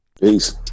Peace